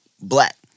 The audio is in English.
black